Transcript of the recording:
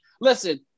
listen